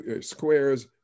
squares